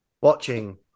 watching